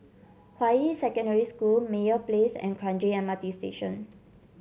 Hua Yi Secondary School Meyer Place and Kranji M R T Station